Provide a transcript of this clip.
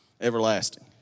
everlasting